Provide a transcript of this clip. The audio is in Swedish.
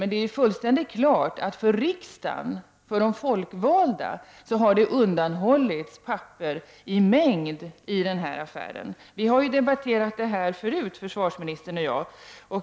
Men det är fullständigt klart att för riksdagen, de folkvalda, har det undanhållits papper i mängd i denna affär. Vi har debatterat detta förut, försvarsministern och jag.